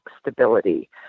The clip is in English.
stability